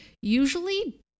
usually